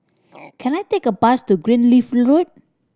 can I take a bus to Greenleaf Road